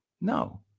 No